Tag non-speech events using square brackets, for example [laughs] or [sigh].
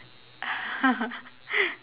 [laughs]